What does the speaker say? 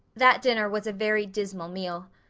that dinner was a very dismal meal.